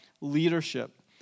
leadership